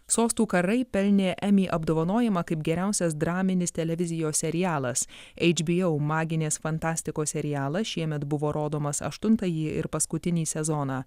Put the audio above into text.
sostų karai pelnė emmy apdovanojimą kaip geriausias draminis televizijos serialas hbo maginės fantastikos serialas šiemet buvo rodomas aštuntąjį ir paskutinį sezoną